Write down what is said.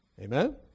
Amen